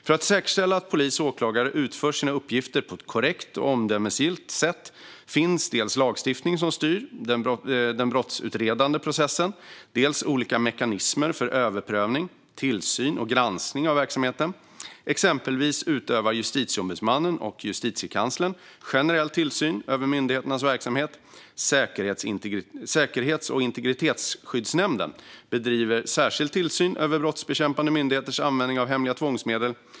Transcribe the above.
För att säkerställa att polis och åklagare utför sina uppgifter på ett korrekt och omdömesgillt sätt finns dels lagstiftning som styr den brottsutredande processen, dels olika mekanismer för överprövning, tillsyn och granskning av verksamheten. Exempelvis utövar Justitieombudsmannen och Justitiekanslern generell tillsyn över myndigheters verksamheter. Säkerhets och integritetsskyddsnämnden bedriver särskild tillsyn över brottsbekämpande myndigheters användning av hemliga tvångsmedel.